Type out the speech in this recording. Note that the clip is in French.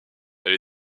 elle